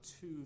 two